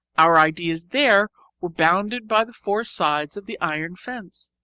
our ideas there were bounded by the four sides of the iron fence,